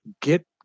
get